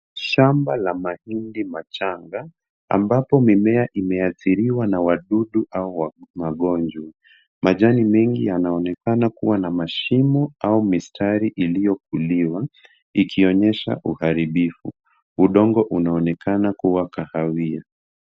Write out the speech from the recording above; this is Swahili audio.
Shamba la mahindi machanga ambapo mimea imeathiriwa na wadudu au magonjwa. Majani mengi yanaonekana kuwa na mashimo au mistari iliyokuliwa ikionyesha uharibifu. Udongo unaonekana kuwa kahawia.